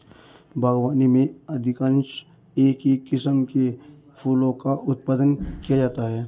बागवानी में अधिकांशतः एक ही किस्म के फलों का उत्पादन किया जाता है